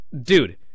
Dude